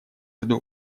жду